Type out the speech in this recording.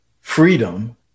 freedom